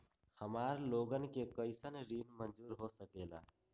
हमार लोगन के कइसन ऋण मंजूर हो सकेला?